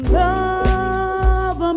love